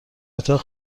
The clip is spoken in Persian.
اتاق